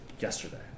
yesterday